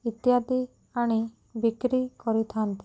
ଇତ୍ୟାଦି ଆଣି ବିକ୍ରି କରିଥାନ୍ତି